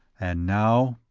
and now,